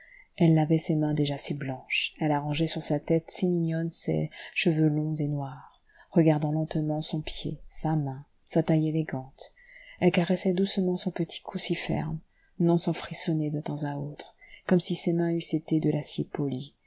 elle lavait ses mains déjà si blanches elle arrangeait sur sa tête si mignonne ses cheveux longs et noirs regardant lentement son pied sa main sa taille élégante elle caressait doucement son petit cou si ferme non sans frissonner de temps à autre comme si ses mains eussent été de l'acier poli